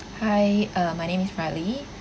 hi uh my name is rally